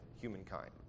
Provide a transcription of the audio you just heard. humankind